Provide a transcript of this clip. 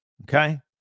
okay